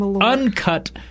uncut